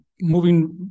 moving